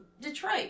Detroit